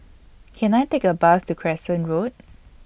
Can I Take A Bus to Crescent Road